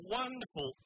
wonderful